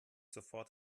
sofort